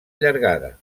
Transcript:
llargada